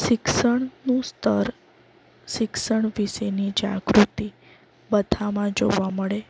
શિક્ષણનું સ્તર શિક્ષણ વિશેની જાગૃતિ બધામાં જોવા મળે